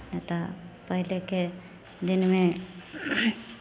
नहि तऽ पहिलेके दिनमे